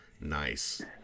Nice